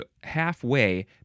halfway